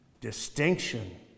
distinction